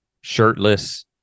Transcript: shirtless